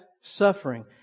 suffering